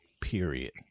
period